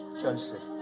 Joseph